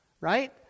Right